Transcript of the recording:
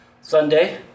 Sunday